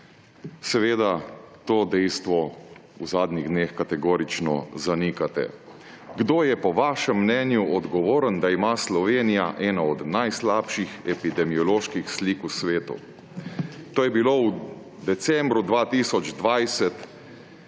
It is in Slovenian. Seveda to dejstvo v zadnjih dneh kategorično zanikate. Kdo je po vašem mnenju odgovoren, da ima Slovenija? eno od najslabših epidemioloških slik v svetu. To je bilo v decembru 2020